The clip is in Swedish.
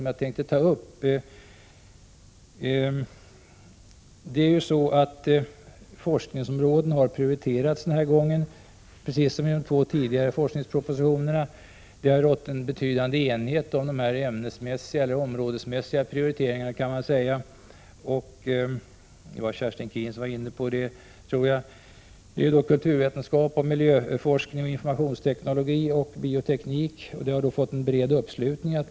Jag tänkte ta upp ytterligare ett par punkter. Forskningsområdena har denna gång prioriterats, precis som i de två tidigare forskningspropositionerna. Man kan säga att det har rått en betydande enighet kring dessa ämnesmässiga eller områdesmässiga prioriteringar. Jag tror att det var Kerstin Keen som tidigare var inne på detta. Det är kulturvetenskap, miljöforskning, informationsteknologi och bioteknik som prioriteras, och det har fått bred uppslutning.